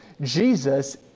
Jesus